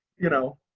you know,